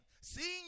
Seeing